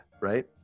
right